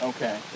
Okay